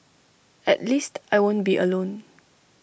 at least I won't be alone